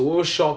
so